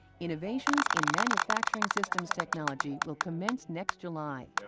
innovations in manufacturing systems technology will commence next july.